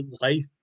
life